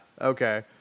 Okay